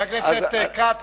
חבר הכנסת כץ,